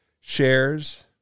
shares